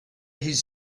his